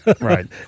Right